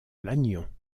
lannion